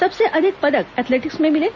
सबसे अधिक पदक एथलेटिक्स में मिले